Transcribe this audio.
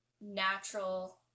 natural